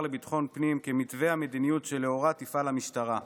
לביטחון פנים כמתווה המדיניות שלאורה תפעל המשטרה.